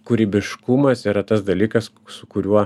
kūrybiškumas yra tas dalykas su kuriuo